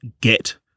get